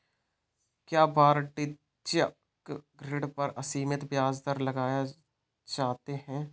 क्या वाणिज्यिक ऋण पर असीमित ब्याज दर लगाए जाते हैं?